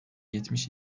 yetmiş